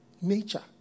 Nature